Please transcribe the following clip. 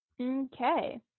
Okay